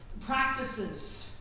practices